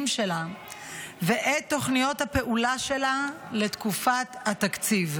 שלה ואת תוכניות הפעולה שלה לתקופת התקציב,